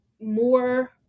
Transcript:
more